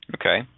Okay